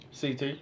CT